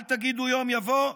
אל תגידו יום יבוא,